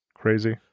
Crazy